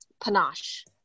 panache